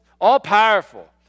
all-powerful